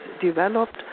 developed